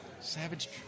Savage